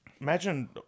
Imagine